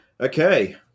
Okay